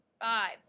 Five